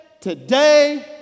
today